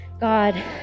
God